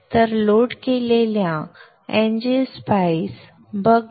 तर लोड केलेल्या ngSpice buck